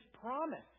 promise